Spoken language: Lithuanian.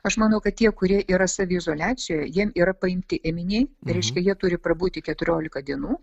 aš manau kad tie kurie yra saviizoliacijoj jiems yra paimti ėminiai reiškia jie turi prabūti keturiolika dienų